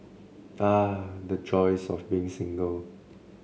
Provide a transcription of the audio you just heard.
the joys of being single